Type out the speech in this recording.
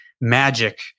magic